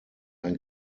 ein